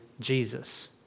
Jesus